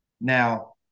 now